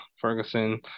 Ferguson